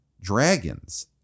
dragons